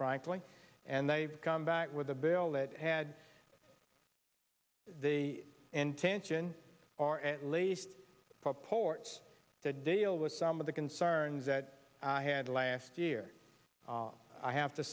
frankly and they've come back with a bill that had the intention or at least purports to deal with some of the concerns that i had last year i have to